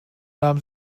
nahm